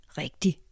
rigtig